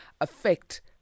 affect